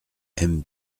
aimes